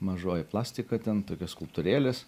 mažoji plastika ten tokios skulptūrėlės